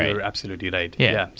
you're absolutely right. yeah.